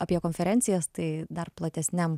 apie konferencijas tai dar platesniam